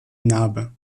narbe